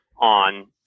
on